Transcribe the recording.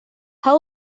how